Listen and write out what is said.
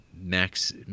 Max